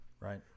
Right